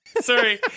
Sorry